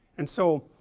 and so